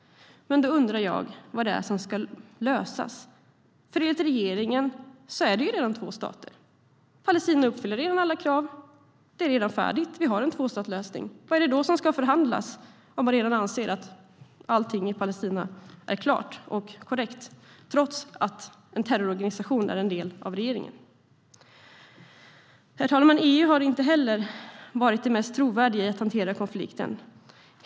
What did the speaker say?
Men då undrar jag vad det är som ska lösas. Enligt regeringen är det ju redan två stater. Palestina uppfyller alla krav, och det är redan färdigt. Vi har en tvåstatslösning. Vad är det som ska förhandlas om man redan anser att allting i Palestina är klart och korrekt trots att en terrororganisation är en del av regeringen? Herr talman! EU har inte heller varit de mest trovärdiga i att hantera konflikten.